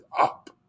up